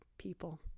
people